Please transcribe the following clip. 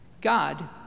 God